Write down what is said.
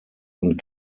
und